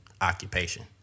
occupation